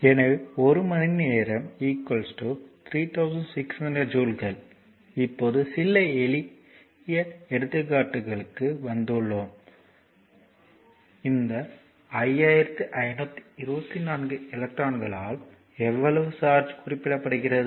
எனவே ஒரு மணி நேரம் 3600 ஜூல்கள் இப்போது சில எளிய எடுத்துக்காட்டுகளுக்கு வந்துள்ளன இது 5524 எலக்ட்ரான்களால் எவ்வளவு சார்ஜ் குறிப்பிடப்படுகிறது